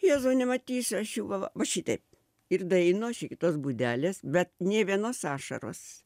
jezau nematysiu aš jų va va va šitaip ir daeinu aš iki tos būdelės bet nė vienos ašaros